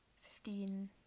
fifteen